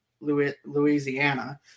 Louisiana